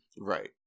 right